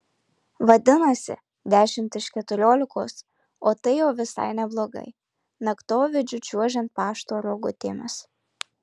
vadinasi dešimt iš keturiolikos o tai jau visai neblogai naktovidžiu čiuožiant pašto rogutėmis